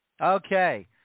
Okay